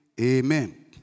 amen